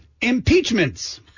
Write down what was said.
Impeachments